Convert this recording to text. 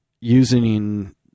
using